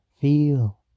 feel